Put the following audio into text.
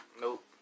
Nope